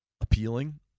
appealing